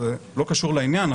זה לא קשור לעניין,